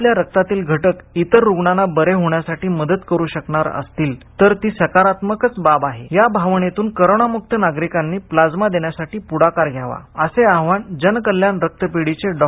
आपल्या रक्तातील घटक इतर रुग्णांना बरे होण्यास मदत करू शकणार असतील तर ती सकारात्मकच बाब आहे या भावनेतून करोनामुक्त नागरिकांनी रक्तद्रव देण्यासाठी पुढाकार घ्यावा असे आवाहन जनकल्याण रक्तपेढीचे डॉ